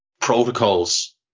protocols